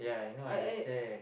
I I